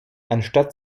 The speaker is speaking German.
anstatt